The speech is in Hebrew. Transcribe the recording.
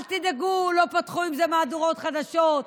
אל תדאגו, לא פתחו עם זה מהדורות חדשות,